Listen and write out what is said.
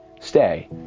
stay